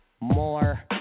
more